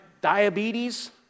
diabetes